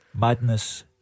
Madness